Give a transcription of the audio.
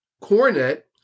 cornet